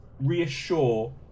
reassure